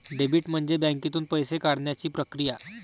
debit म्हणजे बँकेतून पैसे काढण्याची प्रक्रिया